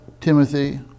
Timothy